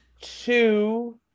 two